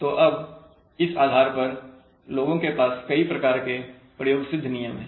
तो अब इस आधार पर लोगों के पास कई प्रकार के प्रयोगसिद्ध नियम है